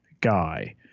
guy